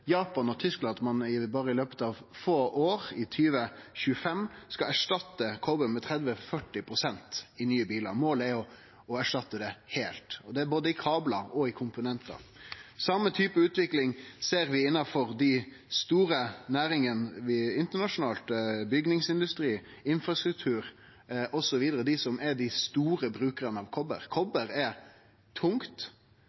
Japan og Tyskland at berre i løpet av få år – i 2025 – skal ein erstatte kopar 30–40 pst. i nye bilar. Målet er å erstatte han heilt – og det både i kablar og i komponentar. Den same typen utvikling ser vi innanfor dei store næringane internasjonalt – bygningsindustri, infrastruktur, osv. – dei som er dei store brukarane av